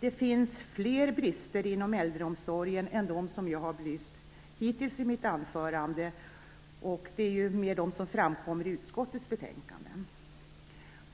Det finns fler brister inom äldreomsorgen än de som jag har belyst hittills i mitt anförande och vad som framkommer i utskottets betänkande.